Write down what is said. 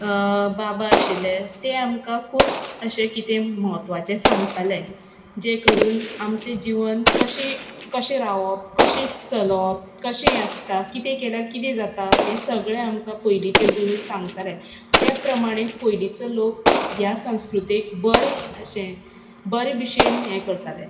बाबा आशिल्ले ते आमकां खूब अशें कितें म्हत्वाचे सांगताले जें करून आमचें जिवन कशें कशें रावप कशें चलोवप कशें हें आसता कितें केल्यार कितें जाता हें सगळें आमकां पयलींचे गुरू सांगताले त्या प्रमाणे पयलींचो लोक ह्या संस्कृतेक बरे अशें बरे भशेन हें करताले